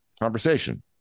conversation